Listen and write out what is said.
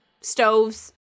stoves